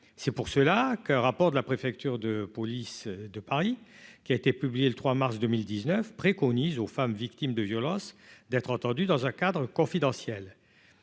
c'est pour cela qu'un rapport de la préfecture de police de Paris qui a été publié le 3 mars 2019 préconise aux femmes victimes de violences, d'être entendu dans un cadre confidentiel,